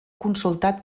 consultat